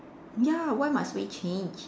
ya why must we change